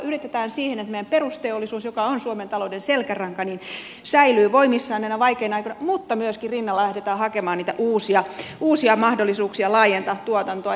yritetään pyrkiä siihen että meidän perusteollisuus joka on suomen talouden selkäranka säilyy voimissaan näinä vaikeina aikoina mutta rinnalle lähdetään hakemaan myöskin niitä uusia mahdollisuuksia laajentaa tuotantoa